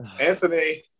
Anthony